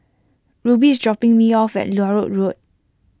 Rubie is dropping me off at Larut Road